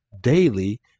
daily